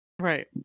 right